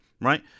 Right